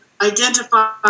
identify